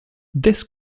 this